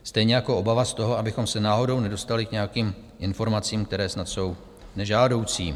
Stejně jako obava z toho, abychom se náhodou nedostali k nějakým informacím, které snad jsou nežádoucí.